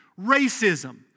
racism